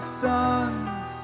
sons